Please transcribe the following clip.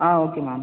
ஆ ஓகேம்மா